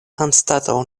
anstataŭ